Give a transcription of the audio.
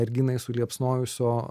merginai suliepsnojusio